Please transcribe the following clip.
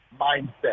mindset